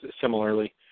similarly